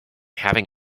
having